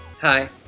hi